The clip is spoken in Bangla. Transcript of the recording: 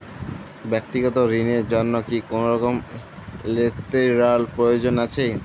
ব্যাক্তিগত ঋণ র জন্য কি কোনরকম লেটেরাল প্রয়োজন আছে?